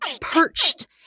perched